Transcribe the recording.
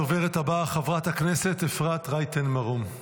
הדוברת הבאה, חברת הכנסת אפרת רייטן מרום.